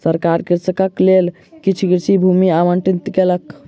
सरकार कृषकक लेल किछ कृषि भूमि आवंटित केलक